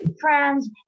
friends